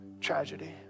tragedy